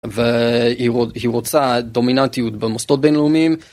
והיא רוצה דומיננטיות במוסדות בינלאומיים.